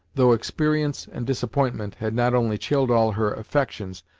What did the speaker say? though experience and disappointment had not only chilled all her affections,